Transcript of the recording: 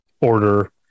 order